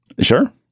Sure